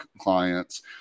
clients